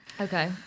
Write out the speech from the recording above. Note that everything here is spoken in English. Okay